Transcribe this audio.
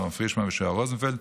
אהרן פרישמן ויהושע רוזנפלד.